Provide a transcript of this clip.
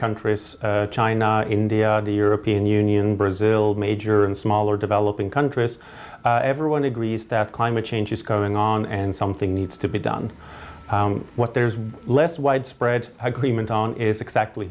countries china india the european union brazil the major and smaller developing countries everyone agrees that climate change is going on and something needs to be done and what there's less widespread agreement on is exactly